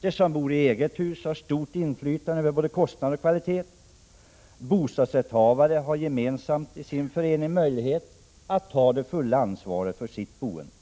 De som bor i eget hus har stort inflytande över både kostnad och kvalitet. Bostadsrättsinnehavare har i sin förening möjlighet att gemensamt ta det fulla ansvaret för sitt boende.